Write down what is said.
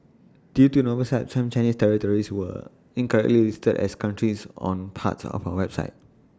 due to an oversight some Chinese territories were incorrectly listed as countries on parts of our website